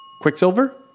Quicksilver